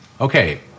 okay